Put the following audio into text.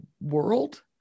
world